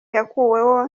yakuweho